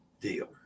deal